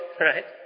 right